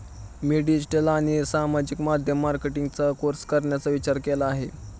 मी digital आणि सामाजिक माध्यम मार्केटिंगचा कोर्स करण्याचा विचार केला आहे